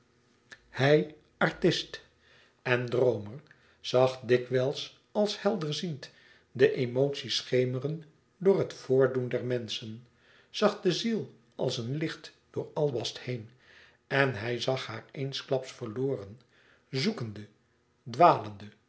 hij artist en droomer zag dikwijls als helderziend de emotie schemeren door het voordoen der menschen zag de ziel als een licht door albast heen en hij zag haar eensklaps verloren zoekende dwalende